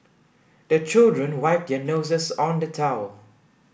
the children wipe their noses on the towel